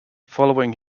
following